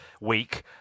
week